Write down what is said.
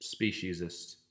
Speciesist